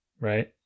right